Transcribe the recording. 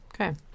Okay